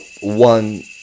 one